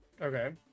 Okay